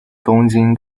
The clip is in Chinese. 东京